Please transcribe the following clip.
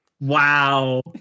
Wow